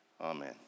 Amen